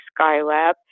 Skylab